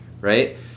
right